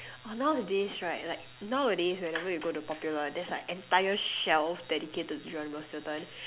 !wah! nowadays right like nowadays whenever you go to popular there's like entire shelf dedicated to Geronimo-Stilton